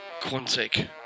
Quantic